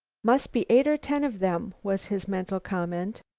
must be eight or ten of them, was his mental comment.